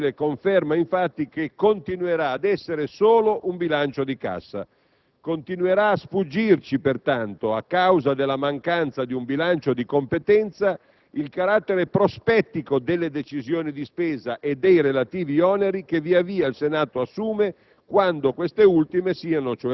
il nuovo Regolamento contabile conferma, infatti, che continuerà ad essere solo un bilancio di cassa. Continuerà pertanto a sfuggirci - a causa della mancanza di un bilancio di competenza - il carattere prospettico delle decisioni di spesa e dei relativi oneri che via via il Senato assume,